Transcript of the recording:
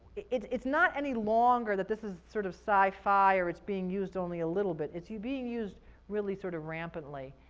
it's it's not any longer that this is sort of sci-fi or it's being used only a little bit. it's being used really sort of rampantly.